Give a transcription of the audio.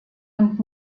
und